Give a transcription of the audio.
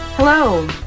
Hello